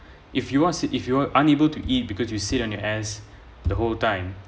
if you ask me if you are unable to eat because you sit in your ass the whole time